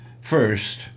First